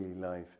life